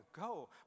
go